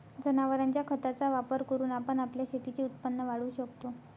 जनावरांच्या खताचा वापर करून आपण आपल्या शेतीचे उत्पन्न वाढवू शकतो